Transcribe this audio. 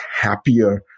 happier